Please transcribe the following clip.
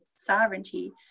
sovereignty